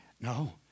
No